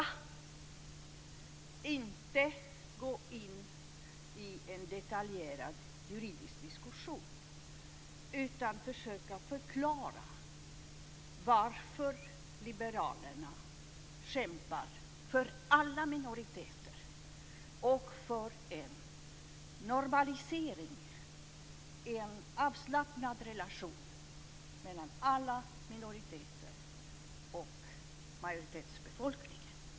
Jag ska nämligen inte gå in på en detaljerad juridisk diskussion utan försöka förklara varför liberalerna kämpar för alla minoriteter och för en normalisering och en avslappnad relation mellan alla minoriteter och majoritetsbefolkningen.